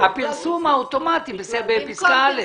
הפרסום האוטומטי, בפסקה (א).